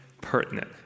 pertinent